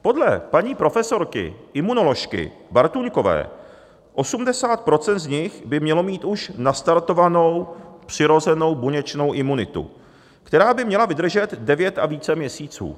Podle paní profesorky imunoložky Bartůňkové 80 % z nich by mělo mít už nastartovanou přirozenou buněčnou imunitu, která by měla vydržet devět a více měsíců.